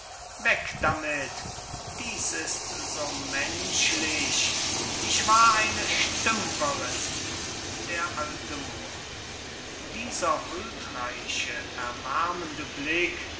weg damit dis ist so menschlich ich war eine stümperinn d a moor dieser huldreiche erwärmende blick